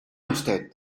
usted